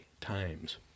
times